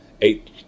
eight